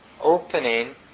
opening